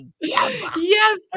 Yes